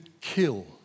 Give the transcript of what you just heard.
kill